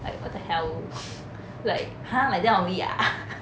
like what the hell like !huh! like that only ah